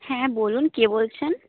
হ্যাঁ বলুন কে বলছেন